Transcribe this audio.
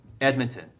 Edmonton